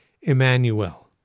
Emmanuel